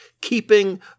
keeping